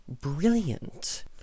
brilliant